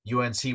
UNC